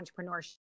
entrepreneurship